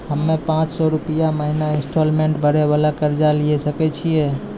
हम्मय पांच सौ रुपिया महीना इंस्टॉलमेंट भरे वाला कर्जा लिये सकय छियै?